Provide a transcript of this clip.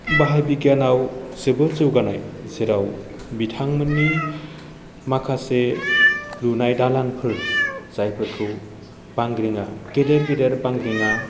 बाहाय बिगियानाव जोबोर जौगानाय जेराव बिथांमोननि माखासे लुनाय दालांफोर जायफोरखौ बांग्रिंआ गेदेर गेदेर बांग्रिआ